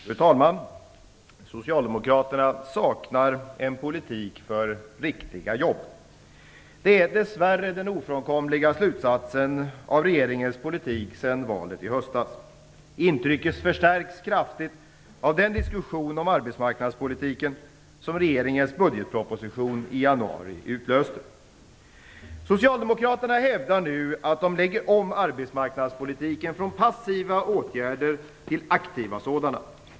Fru talman! Socialdemokraterna saknar en politik för riktiga jobb. Det är dess värre den ofrånkomliga slutsatsen av regeringens politik sedan valet i höstas. Intrycket förstärks kraftigt av den diskussion om arbetsmarknadspolitiken som regeringens budgetproposition i januari utlöste. Socialdemokraterna hävdar nu att de lägger om arbetsmarknadspolitiken från passiva åtgärder till aktiva sådana.